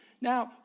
Now